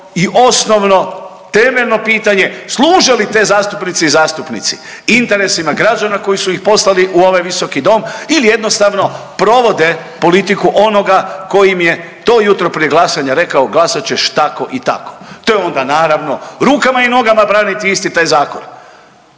i osnovno temeljno pitanje služe li te zastupnice i zastupnici interesima građana koji su ih poslali u ovaj visoki dom ili jednostavno provode politiku onoga koji im je to jutro prije glasanja rekao glasat ćeš tako i tako. To je onda naravno rukama i nogama braniti isti taj zakon.